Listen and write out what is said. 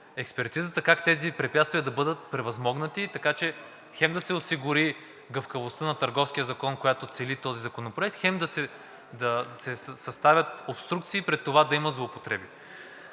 експертизата как тези препятствия да бъдат превъзмогнати, така че хем да се осигури гъвкавостта на Търговския закон, която цели този законопроект, хем да се съставят обструкции пред това да има злоупотреби.